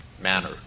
manner